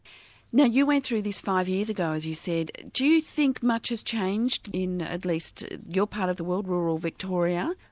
now you went through this five years ago as you said, do you think much has changed in at least your part of the world, rural victoria?